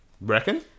Reckon